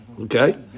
Okay